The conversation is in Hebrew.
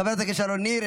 חברת הכנסת שרון ניר,